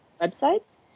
websites